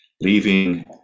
leaving